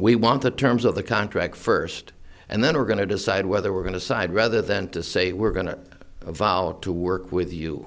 we want the terms of the contract first and then we're going to decide whether we're going to side rather than to say we're going to evolve to work with you